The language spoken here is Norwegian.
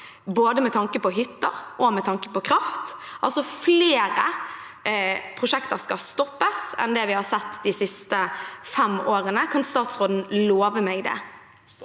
både med tanke på hytter og med tanke på kraft – altså at flere prosjekter skal stoppes enn det vi har sett de siste fem årene. Kan statsråden love meg det?